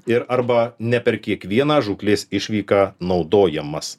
ir arba ne per kiekvieną žūklės išvyką naudojamas